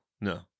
No